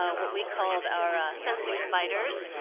ah what we called our sensing spiders,